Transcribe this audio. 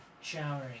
showering